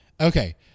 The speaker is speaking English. Okay